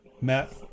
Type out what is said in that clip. matt